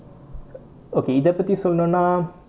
okay இதை பத்தி சொல்லனும்னா:ithai pathi sollanum naa